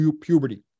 puberty